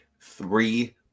three